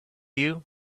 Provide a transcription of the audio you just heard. you